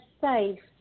safe